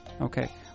Okay